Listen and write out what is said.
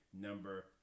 number